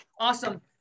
Awesome